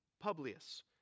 Publius